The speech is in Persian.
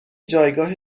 جایگاه